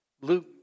Luke